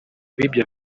b’ibyo